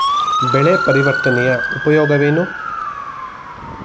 ಬೆಳೆ ಪರಿವರ್ತನೆಯ ಉಪಯೋಗವೇನು?